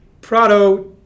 Prado